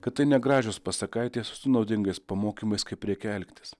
kad tai ne gražios pasakaitės su naudingais pamokymais kaip reikia elgtis